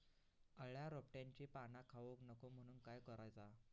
अळ्या रोपट्यांची पाना खाऊक नको म्हणून काय करायचा?